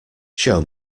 show